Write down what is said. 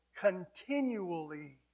continually